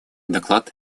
доклад